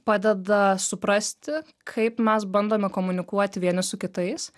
padeda suprasti kaip mes bandome komunikuoti vieni su kitais